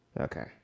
Okay